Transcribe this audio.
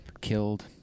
killed